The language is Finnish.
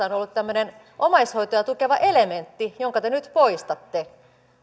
on ollut tämmöinen omaishoitoa tukeva elementti jonka te nyt poistatte